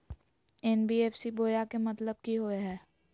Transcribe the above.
NBFC बोया के मतलब कि होवे हय?